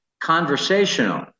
conversational